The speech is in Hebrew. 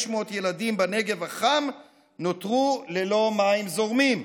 ילדים בנגב החם נותרו ללא מים זורמים.